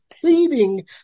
pleading